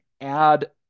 add